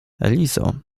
lizo